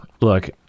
look